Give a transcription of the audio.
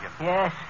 Yes